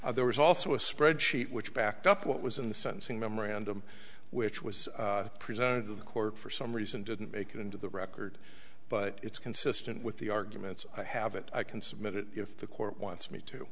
memorandum there was also a spreadsheet which backed up what was in the sentencing memorandum which was presented to the court for some reason didn't make it into the record but it's consistent with the arguments i have it i can submit it if the court wants me to